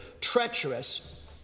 treacherous